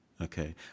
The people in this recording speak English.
Okay